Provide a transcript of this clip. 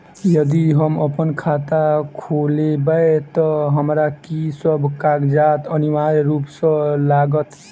यदि हम अप्पन खाता खोलेबै तऽ हमरा की सब कागजात अनिवार्य रूप सँ लागत?